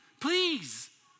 please